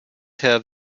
herr